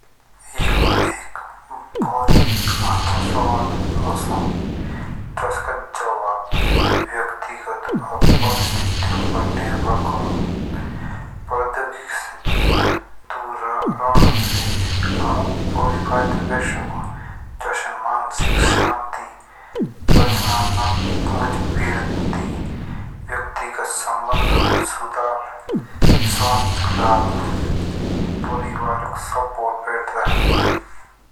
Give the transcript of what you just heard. यह एक भारी अच्छा सवाल औं चस का जवाब व्यक्तिगत परिस्थितियों पर निर्भर करो प्रौद्योगिक दूर रहनो से अमुक भारी फायदे होए सको। जैसेकि मानसिक शांति, रचनात्मक वृद्धि, व्यक्तिगत संबंध मेरी सुधार, स्वास्थ्य लाभ, परिवारिक सपोर्ट बैठदा।